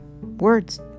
Words